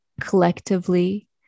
collectively